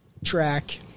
Track